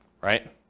right